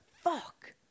fuck